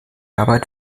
arbeit